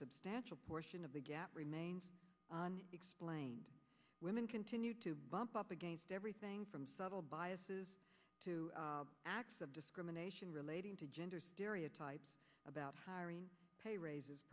substantial portion of the gap remains explain women continue to bump up against everything from subtle biases to acts of discrimination relating to gender stereotypes about hiring pay raises